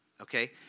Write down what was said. okay